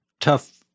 Tough